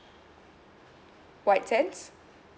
white sands